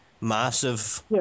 massive